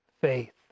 faith